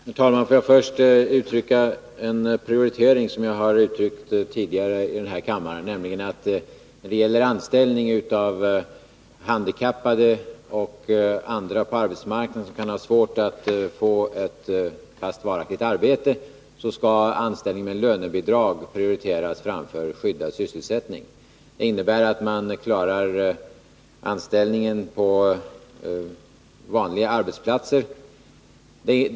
Herr talman! Får jag först ge uttryck för en prioritering som jag har angivit tidigare i den här kammaren, nämligen att när det gäller anställning på arbetsmarknaden av handikappade och andra som kan ha svårt att få ett fast, varaktigt arbete, skall anställning med lönebidrag prioriteras framför skyddad sysselsättning. Det innebär att man klarar anställningen på vanliga arbetsplatser.